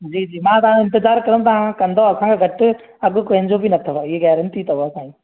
जी जी मां तव्हां जो इंतिज़ारु करंदमि तव्हां कंदव असांखां घटि अघु कंहिंजो बि न अथव इहा गैरंटी अथव असांजी